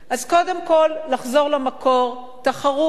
אז קודם כול לחזור למקור, תחרות,